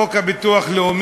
חוק הביטוח הלאומי,